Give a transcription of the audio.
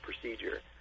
procedure